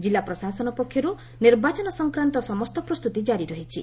ଜିଲ୍ଲା ପ୍ରଶାସନ ପକ୍ଷରୁ ନିର୍ବାଚନ ସଂକ୍ରାନ୍ତ ସମସ୍ତ ପ୍ରସ୍ତୁତି ଜାରି ରହିଛି